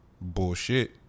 Bullshit